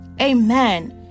Amen